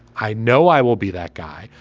i know i will be that guy.